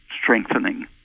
strengthening